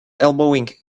elbowing